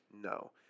No